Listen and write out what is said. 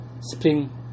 Spring